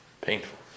Painful